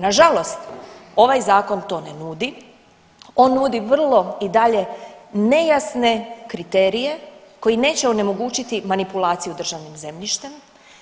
Nažalost ovaj zakon to ne nudi, on nudi vrlo i dalje nejasne kriterije koji neće onemogućiti manipulaciju državnim zemljištem,